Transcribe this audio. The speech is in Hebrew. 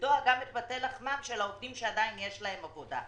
ולגדוע גם את מטה לחמם של העובדים שעדיין יש להם עבודה.